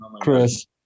Chris